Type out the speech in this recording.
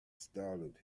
startled